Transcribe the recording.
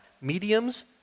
mediums